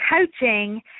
coaching